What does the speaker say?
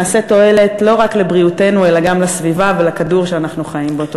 נביא תועלת לא רק לבריאותנו אלא גם לסביבה ולכדור שאנו חיים בו.